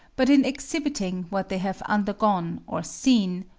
but in exhibiting what they have undergone or seen,